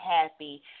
happy